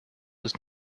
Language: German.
ist